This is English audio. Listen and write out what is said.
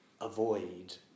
avoid